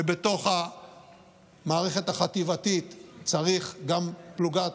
ובתוך המערכת החטיבתית צריך גם יכולת